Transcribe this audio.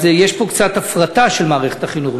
אז יש פה קצת הפרטה של מערכת החינוך,